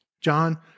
John